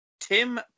Tim